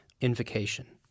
invocation